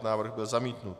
Návrh byl zamítnut.